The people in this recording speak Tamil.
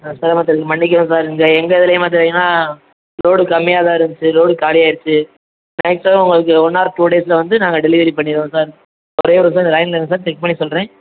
சார் சிரமத்திற்கு மன்னிக்கணும் சார் இந்த எங்கள் இதுலையும் பார்த்தீங்கன்னா லோடு கம்மியாக தான் இருந்துச்சு லோடு காலி ஆயிருச்சு மேக்ஸிமம் உங்களுக்கு ஒன் ஆர் டூ டேஸில் வந்து நாங்கள் டெலிவரி பண்ணிடுவோம் சார் அப்படியே ஒரு நிமிஷம் லைனில் இருங்கள் சார் செக் பண்ணி சொல்கிறேன்